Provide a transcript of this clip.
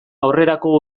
aurrerako